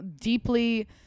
deeply